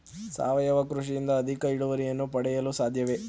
ಸಾವಯವ ಕೃಷಿಯಿಂದ ಅಧಿಕ ಇಳುವರಿಯನ್ನು ಪಡೆಯಲು ಸಾಧ್ಯವೇ?